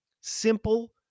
simple